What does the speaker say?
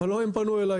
אבל לא הם פנו אליי.